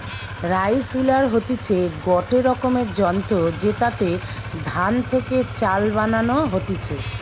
rice huller হতিছে গটে রকমের যন্ত্র জেতাতে ধান থেকে চাল বানানো হতিছে